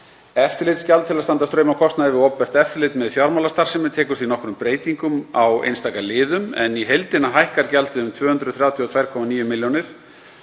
Eftirlitsgjald til að standa straum af kostnaði við opinbert eftirlit með fjármálastarfsemi tekur því nokkrum breytingum á einstaka liðum en í heildina hækkar gjaldið um 232,9 milljónir.